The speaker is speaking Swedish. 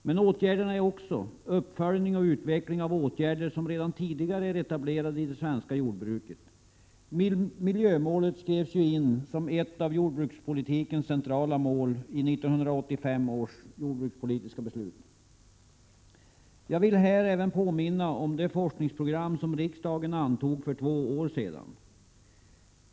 Men åtgärderna är också en uppföljning och utveckling av åtgärder som redan tidigare är etablerade i det svenska jordbruket. Miljömålet skrevs ju in som ett av jordbrukspolitikens centrala mål i 1985 års jordbrukspolitiska beslut. Jag vill här även påminna om det forskningsprogram som riksdagen antog för två år sedan.